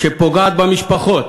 שפוגעת במשפחות,